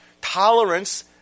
tolerance